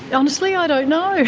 honestly, i don't know.